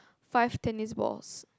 five tennis balls